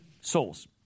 souls